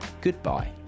goodbye